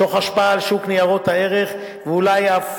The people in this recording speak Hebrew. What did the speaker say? תוך השפעה על שוק ניירות הערך ואולי אף